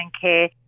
care